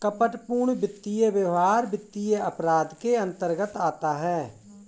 कपटपूर्ण वित्तीय व्यवहार वित्तीय अपराध के अंतर्गत आता है